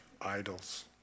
idols